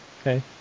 okay